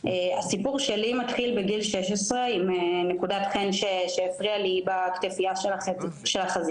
הסיפור שלי מתחיל בגיל 16 עם נקודת חן שהפריעה לי בכתפייה של החזייה,